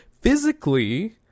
physically